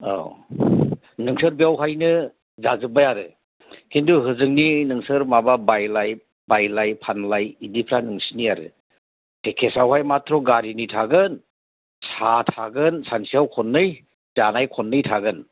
औ नोंसोर बेवहायनो जाजोब्बाय आरो किन्थु होजोंनि नोंसोर माबा बायलाय फानलाय बिदिफ्रा नोंसोरनि आरो पेकेजआव माथ्र' गारिनि थागोन साहा थागोन सानसेयाव खननै जानाय खननै थागोन